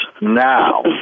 now